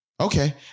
okay